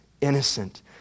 innocent